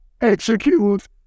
execute